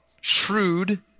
shrewd